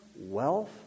wealth